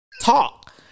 talk